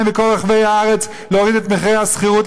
וכל רחבי הארץ להוריד את מחירי השכירות,